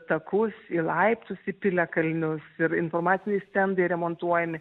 takus į laiptus į piliakalnius ir informaciniai stendai remontuojami